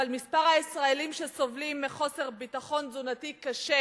אבל מספר הישראלים שסובלים מחוסר ביטחון תזונתי קשה,